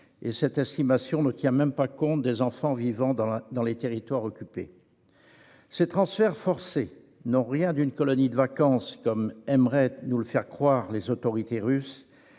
Cette estimation ne tient même pas compte des enfants vivant dans les territoires occupés. Ces transferts forcés n'ont rien d'une colonie de vacances, comme aimeraient nous le faire croire les autorités russes.